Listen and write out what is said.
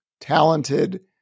talented